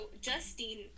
Justine